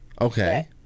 Okay